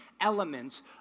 elements